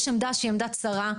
יש עמדה שהיא עמדת שרה,